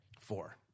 Four